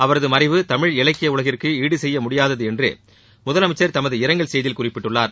அவரது மறைவு தமிழ் இலக்கிய உலகிற்கு ஈடுசெய்ய முடியாதது என்று முதலமைச்சர் தமது இரங்கல் செய்தியில் குறிப்பிட்டுள்ளார்